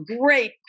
great